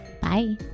bye